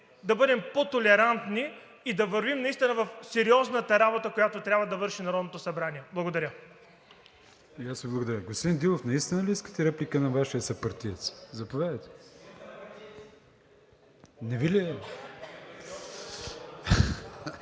по-мъдри, по-толерантни и да вървим наистина в сериозната работа, която трябва да върши Народното събрание. Благодаря.